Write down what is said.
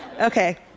okay